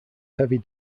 heavy